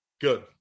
good